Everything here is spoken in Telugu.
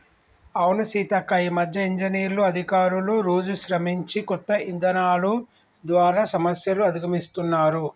అవును సీతక్క ఈ మధ్య ఇంజనీర్లు అధికారులు రోజు శ్రమించి కొత్త ఇధానాలు ద్వారా సమస్యలు అధిగమిస్తున్నారు